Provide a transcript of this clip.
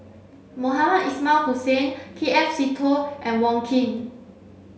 Mohamed Ismail Hussain K F Seetoh and Wong Keen